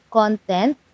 content